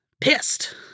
Pissed